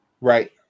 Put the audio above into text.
Right